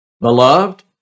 Beloved